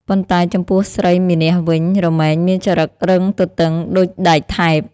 ប៉ុន្តែចំពោះស្រីមានះវិញ រមែងមានចរិតរឹងទទឹងដូចដែកថែប។